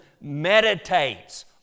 meditates